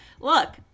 look